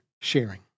sharing